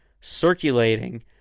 circulating